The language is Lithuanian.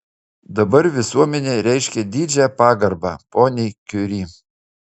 dabar visuomenė reiškia didžią pagarbą poniai kiuri